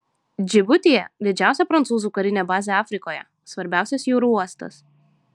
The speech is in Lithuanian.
džibutyje didžiausia prancūzų karinė bazė afrikoje svarbiausias jūrų uostas